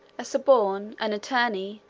a suborner, an attorney,